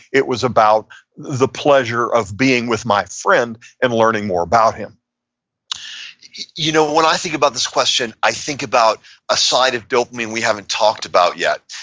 it was about the pleasure of being with my friend and learning more about him you know, when i think about this question, i think about a side of dopamine we haven't talked about yet.